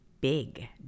Big